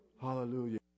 Hallelujah